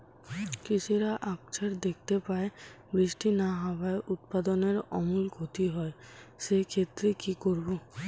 কৃষকরা আকছার দেখতে পায় বৃষ্টি না হওয়ায় উৎপাদনের আমূল ক্ষতি হয়, সে ক্ষেত্রে কি করব?